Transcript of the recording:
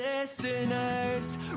listeners